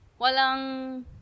walang